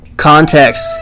context